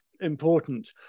important